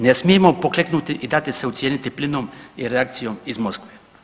Ne smijemo pokleknuti i dati se ucijeniti plinom i reakcijom iz Moskve.